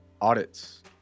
audits